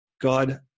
God